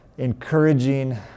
encouraging